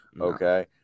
Okay